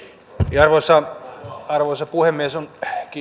arvoisa arvoisa puhemies on